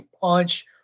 punch